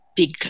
big